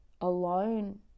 alone